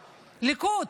ליכוד,